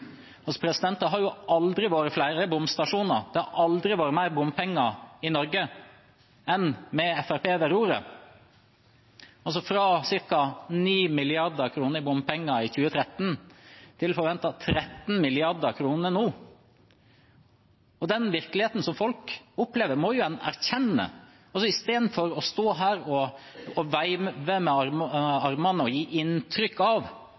Det har aldri vært flere bomstasjoner, det har aldri vært mer bompenger i Norge enn med Fremskrittspartiet ved roret: fra ca. 9 mrd. kr i bompenger i 2013 til forventet 13 mrd. kr nå. Den virkeligheten som folk opplever, må en jo erkjenne, i stedet for å stå her og veive med armene og gi inntrykk av at en er opptatt av å redusere bompengene. Hvis Fremskrittspartiet hadde vært opptatt av